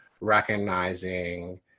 recognizing